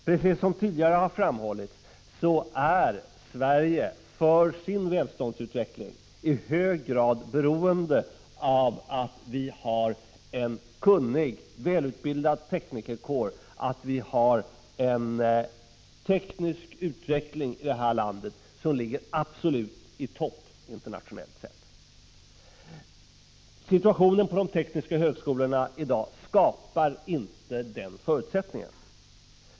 Precis som tidigare har framhållits är Sverige för sin välståndsutveckling i hög grad beroende av att vi har en kunnig, välutbildad teknikerkår, att vi har en teknisk utveckling som ligger absolut i topp internationellt sett. Situationen på de tekniska högskolorna i dag skapar inte den förutsättningen.